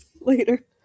later